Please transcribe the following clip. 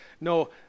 No